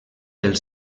els